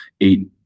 eight